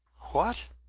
what!